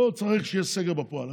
לא צריך שיהיה סגר בפועל.